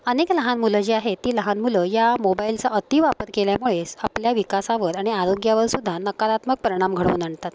अनेक लहान मुलं जी आहेत ती लहान मुलं या मोबाईलचा अतिवापर केल्यामुळेच आपल्या विकासावर आणि आरोग्यावरसुद्धा नकारात्मक परिणाम घडवून आणतात